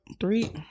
Three